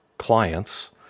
clients